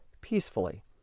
peacefully